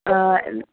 ആ എന്ന്